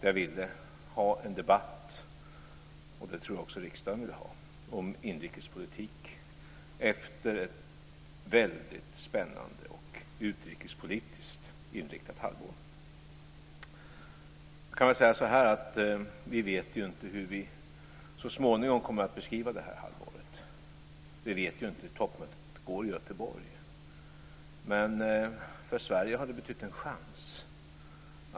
Jag ville ha en debatt, och det tror jag också att riksdagen vill ha, om inrikespolitik efter ett mycket spännande och utrikespolitiskt inriktat halvår. Vi vet inte hur vi så småningom kommer att beskriva det här halvåret. Vi vet inte hur toppmötet i Göteborg går. Men för Sverige har det betytt en chans.